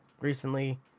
recently